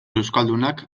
euskaldunak